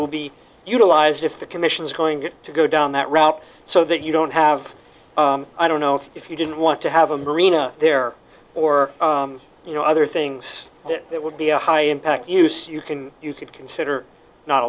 will be utilized if the commission's going to go down that route so that you don't have i don't know if you didn't want to have a marina there or you know other things that would be a high impact use you can you could consider not